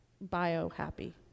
bio-happy